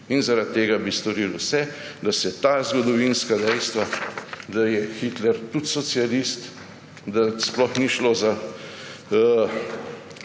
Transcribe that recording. In zaradi tega bi storili vse, da se ta zgodovinska dejstva, da je Hitler tudi socialist, da sploh ni šlo za